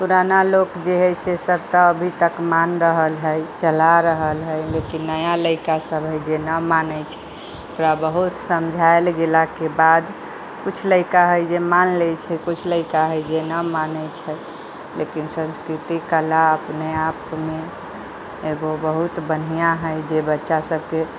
पुराना लोक जे है से सब तऽ अभी तक मान रहल है चला रहल है लेकिन नया लैड़का सब है जे ना मानै छै ओकरा बहुत समझायल गेला के बाद किछु लैड़का है जे मानि लै छै किछु लैड़का है की जे ना माने छै लेकिन संस्कृति कला अपने आपमे एगो बहुत बढ़िऑं है जे बच्चा सबके